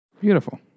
Beautiful